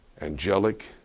angelic